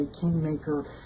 kingmaker